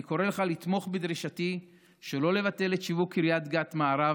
אני קורא לך לתמוך בדרישתי שלא לבטל את שיווק קריית גת מערב